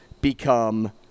become